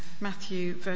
Matthew